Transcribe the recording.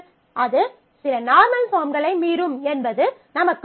அது சில நார்மல் பாஃர்ம்களை மீறும் என்பது நமக்கு தெரியும்